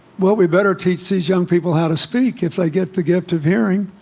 what we better teach these young people how to speak if they get the gift of hearing?